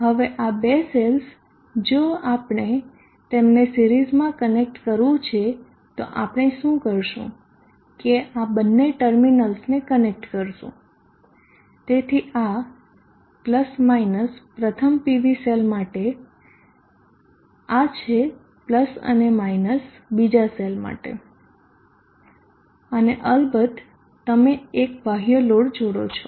હવે આ 2 સેલ્સ જો આપણે તેમને સિરીઝમાં કનેક્ટ કરવું છે તો આપણે શું કરશું કે આ બે ટર્મિનલ્સને કનેક્ટ કરીશું તેથી આ પ્રથમ પીવી સેલ માટે આ છે અને બીજા સેલ માટે અને અલબત્ત તમે એક બાહ્ય લોડ જોડો છો